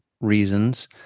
reasons